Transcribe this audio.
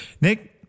Nick